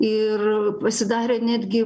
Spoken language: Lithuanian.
ir pasidarė netgi